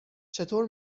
چطور